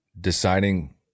deciding